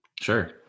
Sure